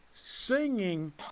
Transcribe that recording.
singing